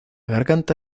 garganta